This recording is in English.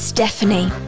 Stephanie